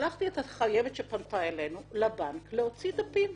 שלחתי את החייבת שפנתה אלינו לבנק להוציא דפים,